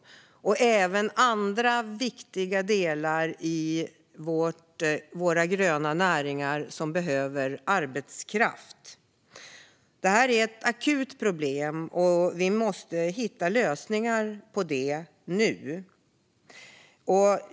Även andra viktiga delar i våra gröna näringar behöver arbetskraft. Detta är ett akut problem som vi måste hitta lösningar på nu.